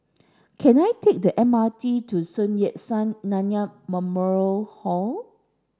can I take the M R T to Sun Yat Sen Nanyang Memorial Hall